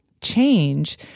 change